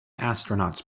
astronauts